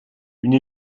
une